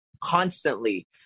constantly